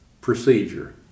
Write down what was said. procedure